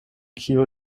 kiu